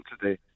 today